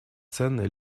ценный